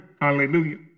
Hallelujah